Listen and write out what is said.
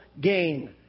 gain